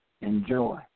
enjoy